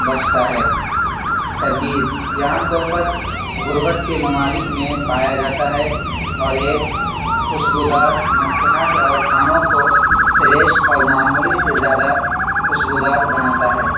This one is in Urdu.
بخشتا ہے تربوز یہ عام طور پر غربت کے ممالک میں پایا جاتا ہے اور ایک خوشبو دار مسطحہ کے اور کھانوں کو فریش اور معمولی سے زیادہ خوشبو دار بناتا ہے